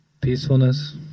Peacefulness